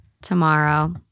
tomorrow